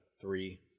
three